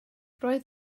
roedd